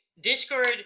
Discord